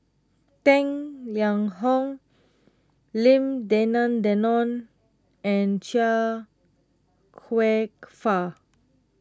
Tang Liang Hong Lim Denan Denon and Chia Kwek Fah